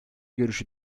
görüşü